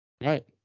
Right